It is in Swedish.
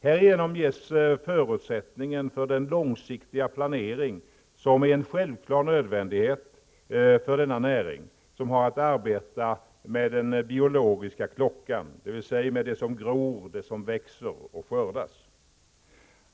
Härigenom ges förutsättningen för den långsiktiga planering som är en självklar nödvändighet för denna näring, som har att arbeta med den biologiska klockan, dvs. med det som gror, som växer och som skördas.